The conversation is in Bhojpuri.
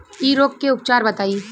इ रोग के उपचार बताई?